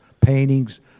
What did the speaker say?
paintings